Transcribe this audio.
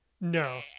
No